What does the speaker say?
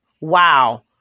Wow